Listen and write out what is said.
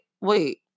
wait